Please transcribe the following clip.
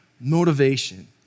motivation